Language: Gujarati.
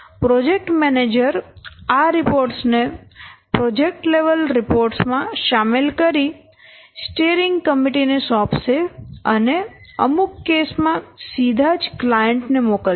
પ્રોજેકટ મેનેજર આ રિપોર્ટસ ને પ્રોજેકટ લેવલ રિપોર્ટસ માં શામેલ કરી સ્ટીઅરિંગ કમિટી ને સોપશે અને અમુક કેસ માં સીધા જ ક્લાયન્ટ ને મોકલશે